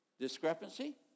Discrepancy